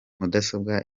mudasobwa